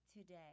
today